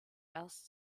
erst